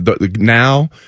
Now